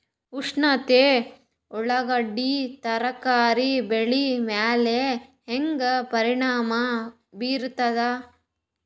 ಉಷ್ಣತೆ ಉಳ್ಳಾಗಡ್ಡಿ ತರಕಾರಿ ಬೆಳೆ ಮೇಲೆ ಹೇಂಗ ಪರಿಣಾಮ ಬೀರತದ?